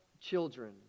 children